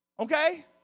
Okay